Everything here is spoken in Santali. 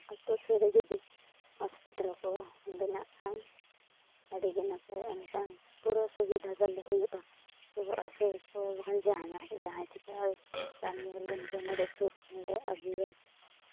ᱟᱛᱳ ᱥᱩᱨ ᱨᱮ ᱡᱩᱫᱤ ᱦᱚᱥᱯᱤᱴᱟᱞ ᱠᱚ ᱵᱮᱱᱟᱜ ᱠᱷᱟᱱ ᱟᱹᱰᱤᱜᱮ ᱱᱟᱯᱟᱭᱜᱼᱟ ᱮᱱᱠᱷᱟᱱ ᱯᱩᱨᱟᱹ ᱥᱩᱵᱤᱫᱷᱟ ᱛᱟᱞᱮ ᱦᱩᱭᱩᱜᱼᱟ ᱨᱩᱣᱟᱹ ᱦᱟᱹᱥᱩ ᱵᱟᱝᱠᱷᱟᱱ ᱡᱟᱦᱟᱱᱟᱜ ᱡᱟᱦᱟᱸ ᱪᱤᱠᱟᱹᱜᱼᱟ ᱨᱟᱱ ᱢᱩᱨᱜᱟᱹᱱ ᱠᱚ ᱱᱚᱰᱮ ᱥᱩᱨ ᱠᱷᱚᱱᱞᱮ ᱟᱹᱜᱩᱭᱟ